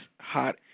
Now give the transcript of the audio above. hot